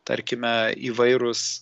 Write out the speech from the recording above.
tarkime įvairūs